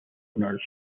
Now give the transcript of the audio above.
owners